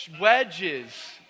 wedges